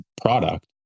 product